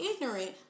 ignorant